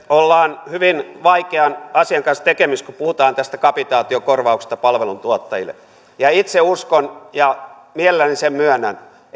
ollaan hyvin vaikean asian kanssa tekemisissä kun puhutaan tästä kapitaatiokorvauksesta palveluntuottajille itse uskon ja mielelläni sen myönnän että